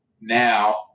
now